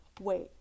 wait